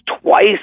twice